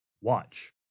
watch